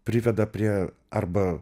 priveda prie arba